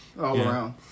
All-around